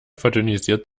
verdünnisiert